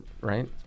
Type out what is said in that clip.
right